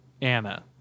Anna